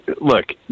look